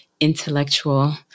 intellectual